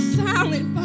silent